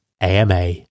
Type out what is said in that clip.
AMA